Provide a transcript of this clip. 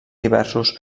diversos